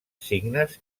signes